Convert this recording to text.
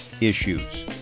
issues